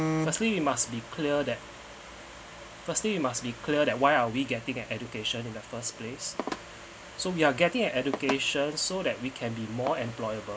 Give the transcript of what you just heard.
firstly we must be cleared that firstly we must be cleared at why are we getting an education in the first place so we are getting an education so that we can be more employable